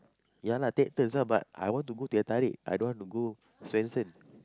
ya lah take turns lah but I want to go teh-tarik I don't want to go Swensens